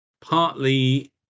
Partly